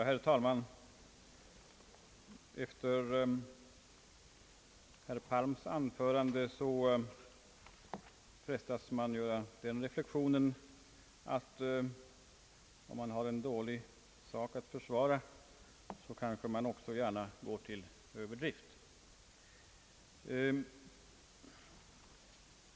Herr talman! Efter herr Palms anförande frestas man göra den reflexionen att om man har en dålig sak att försvara kanske man också gärna går till överdrift.